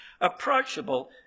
Approachable